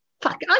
fuck